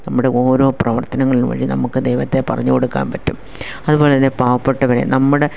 നമ്മുടെ ഓരോ പ്രവർത്തനങ്ങളും വഴിയും നമുക്ക് ദൈവത്തെ പറഞ്ഞു കൊടുക്കാൻ പറ്റും അതുപോലെ തന്നെ പാവപ്പെട്ടവരെ നമ്മുടെ